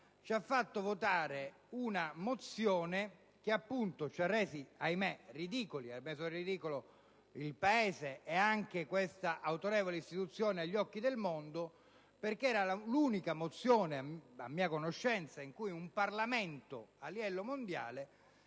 ci ha fatto votare una mozione che - ahimè - ha reso ridicolo il Paese, ed anche questa autorevole istituzione, agli occhi del mondo. Era infatti l'unica mozione, a mia conoscenza, in cui un Parlamento a livello mondiale